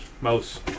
Mouse